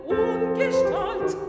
ungestalt